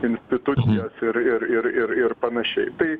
institucijas ir ir ir ir ir panašiai tai